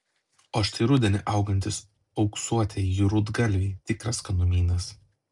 o štai rudenį augantys auksuotieji rudgalviai tikras skanumynas